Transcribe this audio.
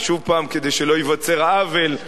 כדי שלא ייווצר העוול,